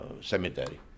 cemetery